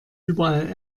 überall